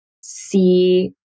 see